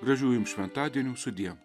gražių jum šventadienių sudie